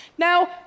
Now